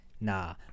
nah